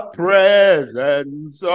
presence